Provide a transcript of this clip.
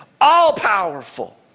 all-powerful